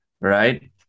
right